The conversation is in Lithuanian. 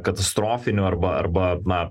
katastrofinių arba arba na